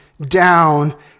down